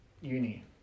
uni